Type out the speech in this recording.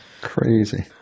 crazy